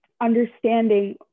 understanding